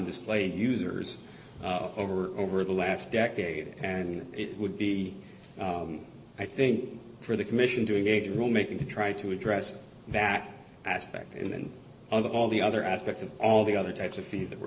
display users over over the last decade and it would be i think for the commission doing a rule making to try to address that aspect and other all the other aspects of all the other types of fees that we're